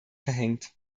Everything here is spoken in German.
verhängt